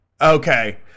Okay